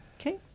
Okay